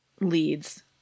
leads